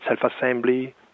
self-assembly